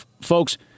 folks